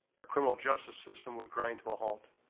our criminal justice system would grind to a halt.